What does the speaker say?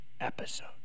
episode